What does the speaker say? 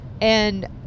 and-